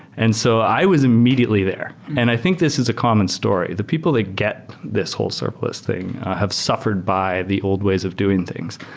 and so i was immediately there. and i think this is a common story. the people they get this whole surplus thing have suffered by the old ways of doing things.